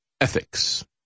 ethics